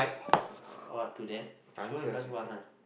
what to that she want to plus so much ah